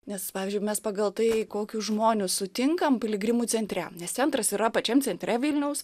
nes pavyzdžiui mes pagal tai kokius žmones sutinkam piligrimų centre nes centras yra pačiam centre vilniaus